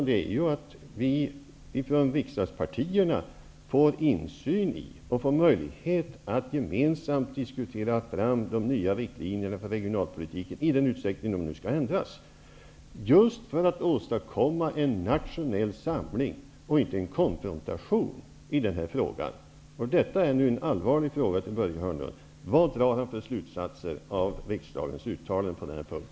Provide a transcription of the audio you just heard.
Det handlar om att riksdagspartierna bör få insyn i och möjlighet att gemensamt diskutera fram de nya riktlinjerna för regionalpolitiken, i den utsträckning de skall ändras. Syftet är att åstadkomma en nationell samling i stället för en konfrontation i den här frågan. Jag vill rikta en allvarlig fråga till Börje Hörnlund: Vad drar han för slutsatser av riksdagens uttalande på denna punkt?